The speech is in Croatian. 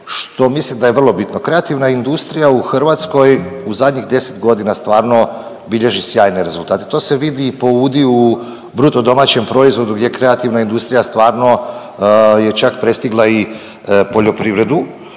što mislim da je vrlo bitno. Kreativna industrija u Hrvatskoj u zadnjih 10 godina stvarno bilježi sjajne rezultate. To se vidi i po udiu u bruto domaćem proizvodu gdje kreativna industrija stvarno je čak prestigla i poljoprivredu.